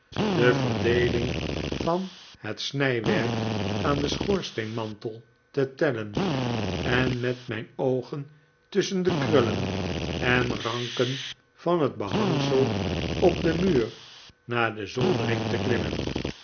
de verdeeling van het snijwerk aan den schoorsteenmantel te tellen en met mijn oogen tusschen de krullen en ranken van het behangsel op den muur naar de zoldering op te klimmen